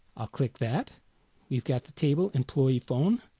i'll click that we've got the table employee phone